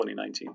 2019